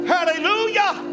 Hallelujah